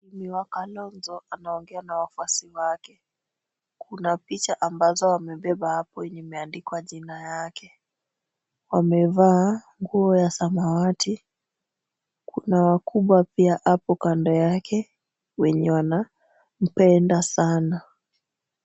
Mheshimiwa Kalonzo anaongea na wafuasi wake. Kuna picha ambazo wamebeba hapo yenye imeandikwa jina yake. Wamevaa nguo ya samawati. Kuna wakubwa pia hapo kando yake wenye wanampenda sana.